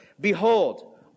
behold